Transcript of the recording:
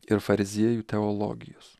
ir fariziejų teologijos